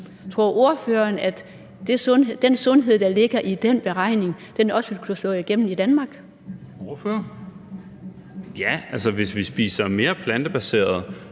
Tror ordføreren, at den sundhed, der ligger i den beregning, også ville kunne slå igennem i Danmark? Kl. 10:52 Formanden